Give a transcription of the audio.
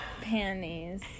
panties